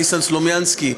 ניסן סלומינסקי,